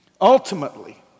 Ultimately